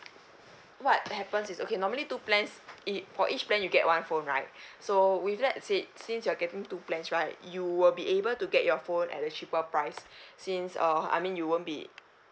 what happens is okay normally two plans it for each plan you get one phone right so with that said since you're getting two plans right you will be able to get your phone at a cheaper price since uh I mean you won't be